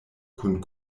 kun